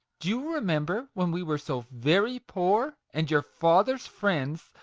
do you remember when we were so very poor, and your father's friends,